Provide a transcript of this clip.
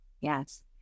Yes